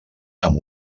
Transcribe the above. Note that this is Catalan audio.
amb